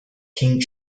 king